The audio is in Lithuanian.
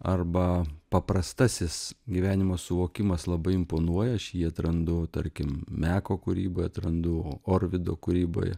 arba paprastasis gyvenimo suvokimas labai imponuoja aš jį atrandu tarkim meko kūryboj atrandu orvido kūryboje